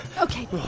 Okay